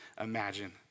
imagine